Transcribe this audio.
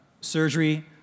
surgery